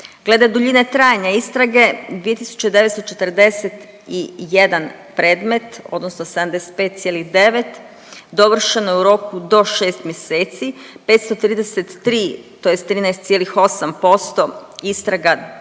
Glede duljine trajanja istrage 2941 predmet, odnosno 75,9 dovršeno je u roku do 6 mjeseci. 533 tj. 13,8% istraga